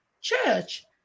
church